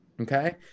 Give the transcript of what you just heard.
Okay